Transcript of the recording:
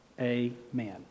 Amen